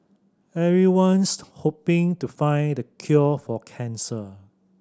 everyone's hoping to find the cure for cancer